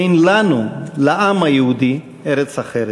אין לנו, לעם היהודי, ארץ אחרת.